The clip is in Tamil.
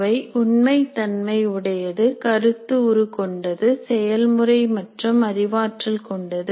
அவை உண்மை தன்மை உடையது கருத்து உருக்கொண்டது செயல்முறை மற்றும் அறிவாற்றல் கொண்டது